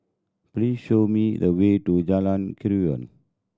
please show me the way to Jalan Keruing